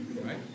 Right